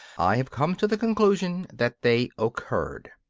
i have come to the conclusion that they occurred.